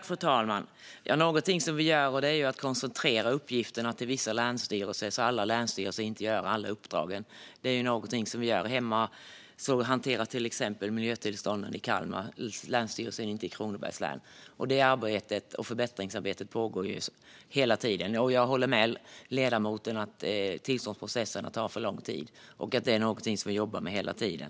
Fru talman! Något som vi gör är att koncentrera uppgifterna till vissa länsstyrelser så att inte alla länsstyrelser gör alla uppdrag. Hemma hanteras till exempel miljötillstånden av Länsstyrelsen Kalmar, inte av Länsstyrelsen Kronoberg. Det förbättringsarbetet pågår hela tiden. Jag håller med ledamoten om att tillståndsprocesserna tar för lång tid. Det är något som vi jobbar med hela tiden.